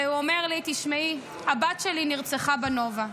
והוא אומר לי: תשמעי, הבת שלי נרצחה בנובה,